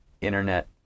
internet